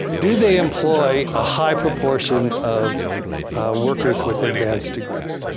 do they employ a high proportion of workers with advanced degrees?